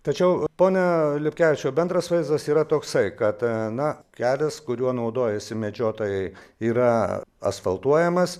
tačiau pone lipkevičiau bendras vaizdas yra toksai kad na kelias kuriuo naudojasi medžiotojai yra asfaltuojamas